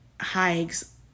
hikes